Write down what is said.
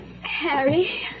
Harry